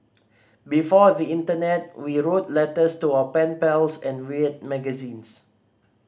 before the internet we wrote letters to our pen pals and read magazines